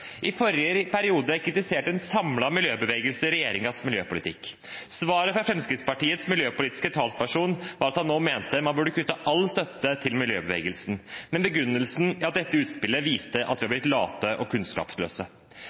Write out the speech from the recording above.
I forrige periode kritiserte en samlet miljøbevegelse regjeringens miljøpolitikk. Svaret fra Fremskrittspartiets miljøpolitiske talsperson var at han nå mente man burde kutte all støtte til miljøbevegelsen, med begrunnelsen at dette utspillet viste at de var blitt late og kunnskapsløse.